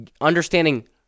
understanding